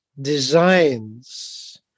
designs